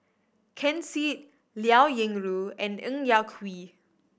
Ken Seet Liao Yingru and Ng Yak Whee